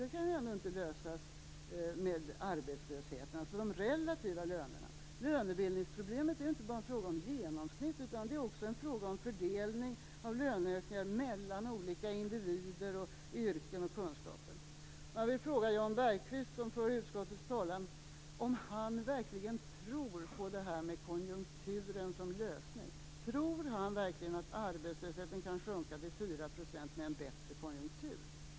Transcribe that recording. Det kan ju ändå inte lösas med arbetslöshet, dvs. de relativa lönerna. Lönebildningsproblemet är ju inte bara en fråga om genomsnitt, utan det är också en fråga om fördelning av löneökningar mellan olika individer, yrken och kunskaper. Jag vill fråga Jan Bergqvist, som för utskottets talan, om han verkligen tror på detta med konjunkturen som lösning. Tror Jan Bergqvist verkligen att arbetslösheten kan sjunka till 4 % med en bättre konjunktur?